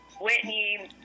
Whitney